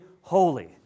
holy